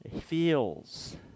feels